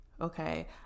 Okay